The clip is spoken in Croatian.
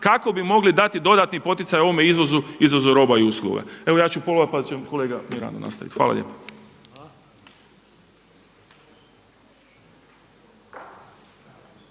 kako bi mogli dati dodatni poticaj ovome izvozu roba i usluga. Evo ja ću pola pa će kolega Mirando nastaviti. Hvala.